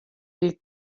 dit